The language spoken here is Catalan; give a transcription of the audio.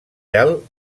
del